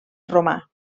romà